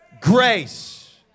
grace